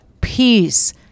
peace